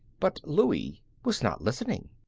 but louie was not listening.